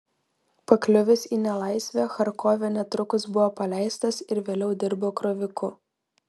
pakliuvęs į nelaisvę charkove netrukus buvo paleistas ir vėliau dirbo kroviku